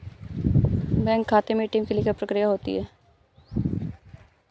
Bank खाते में ATM के लिए क्या प्रक्रिया होती है?